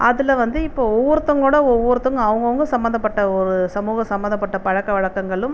அதில் வந்து இப்போ ஒவ்வொருத்தவங்களோட ஒவ்வொருத்தவங்கள் அவங்கவுங்க சம்மந்தப்பட்ட ஒரு சமூக சம்மந்தப்பட்ட பழக்க வழக்கங்களும்